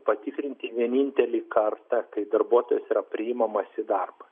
patikrinti vienintelį kartą kai darbuotojas yra priimamas į darbą